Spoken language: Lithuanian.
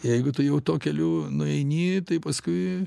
jeigu tu jau tuo keliu nueini tai paskui